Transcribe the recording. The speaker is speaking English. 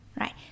right